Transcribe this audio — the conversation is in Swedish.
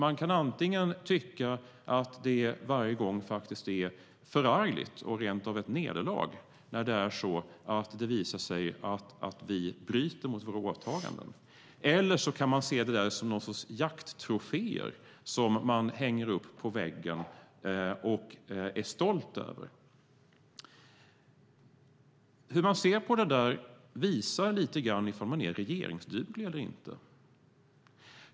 Man kan antingen tycka att det varje gång är förargligt och rent av ett nederlag när det visar sig att vi bryter mot våra åtaganden eller så kan man se det som något slags jakttroféer som man hänger upp på väggen och är stolt över. Hur man ser på det där visar lite grann ifall man är regeringsduglig eller inte.